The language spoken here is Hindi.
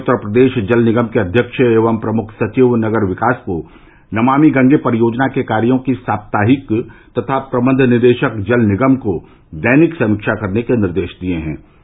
उन्होंने उत्तर प्रदेश जल निगम के अध्यक्ष एवं प्रमुख सचिव नगर विकास को नमामि गंगे परियोजना के कार्यों की साप्ताहिक तथा प्रबन्ध निदेशक जल निगम को दैनिक समीक्षा करने के निर्देश दिये हैं